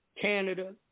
Canada